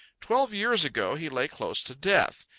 twelve years ago he lay close to death.